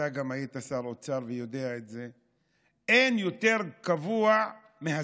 ואתה גם היית שר אוצר ויודע את זה: אין יותר קבוע מהזמני.